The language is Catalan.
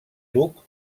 duc